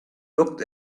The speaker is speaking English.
looked